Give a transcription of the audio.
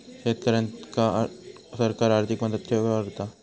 शेतकऱ्यांका सरकार आर्थिक मदत केवा दिता?